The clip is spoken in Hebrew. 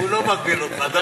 הוא לא מגביל אותך.